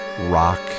rock